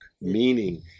meaning